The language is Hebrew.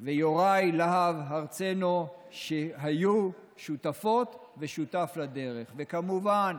ויוראי להב הרצנו, שהיו שותפות ושותף לדרך, כמובן,